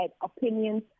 opinions